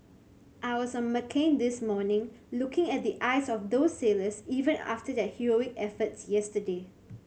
I was on McCain this morning looking at the eyes of those sailors even after their heroic efforts yesterday